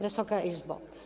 Wysoka Izbo!